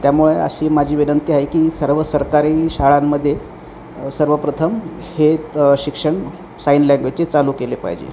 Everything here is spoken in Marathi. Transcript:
त्यामुळे अशी माझी विनंती आहे की सर्व सरकारी शाळांमध्ये सर्वप्रथम हे शिक्षण साईन लँग्वेजचे चालू केले पाहिजे